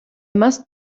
must